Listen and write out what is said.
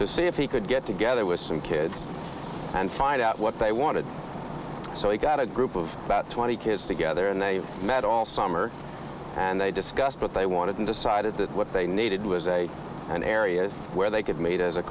to see if he could get together with some kids and find out what they want to do so we got a group of about twenty kids together and they met all summer and they discussed what they wanted and decided that what they needed was a an areas where they could meet as a